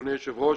אדוני היושב ראש,